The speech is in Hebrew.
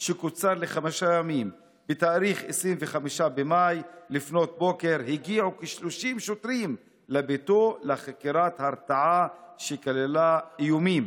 196. בסדר.